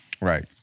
Right